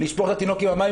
לשפוך את התינוק עם המים?